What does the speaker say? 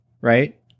Right